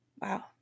Wow